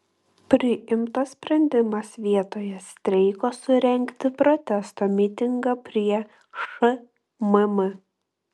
priimtas sprendimas vietoje streiko surengti protesto mitingą prie šmm